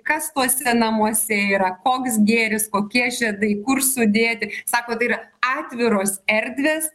kas tuose namuose yra koks gėris kokie žiedai kur sudėti sako tai yra atviros erdvės